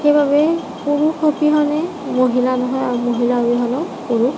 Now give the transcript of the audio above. সেইবাবে পুৰুষ অবিহনে মহিলা আৰু মহিলা অবিহনে পুৰুষ